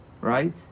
right